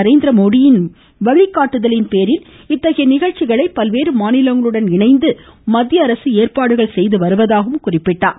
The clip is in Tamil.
நரேந்திரமோடி வழிகாட்டுதலின் பேரில் இத்தகைய நிகழ்ச்சிகளை பல்வேறு மாநிலங்களுடன் இணைந்து மத்திய அரசு ஏற்பாடுகள் செய்து வருகிறது என்றார்